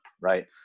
right